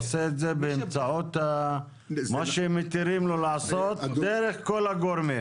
הוא עושה את זה באמצעות מה שמתירים לו לעשות דרך כל הגורמים.